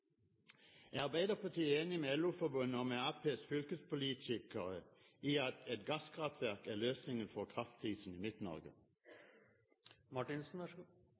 Er Arbeiderpartiet enig med LO-forbundet og Arbeiderpartiets fylkespolitikere i at et gasskraftverk er løsningen for kraftkrisen i